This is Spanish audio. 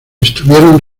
estuvieron